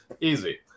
Easy